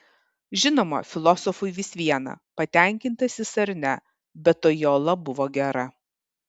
žinoma filosofui vis viena patenkintas jis ar ne bet toji ola buvo gera